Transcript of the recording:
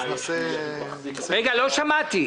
רגע, לא שמעתי.